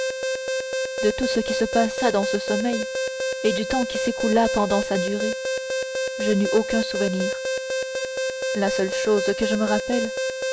de tout ce qui se passa dans ce sommeil et du temps qui s'écoula pendant sa durée je n'eus aucun souvenir la seule chose que je me rappelle